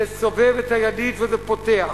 לסובב את הידית וזה פותח.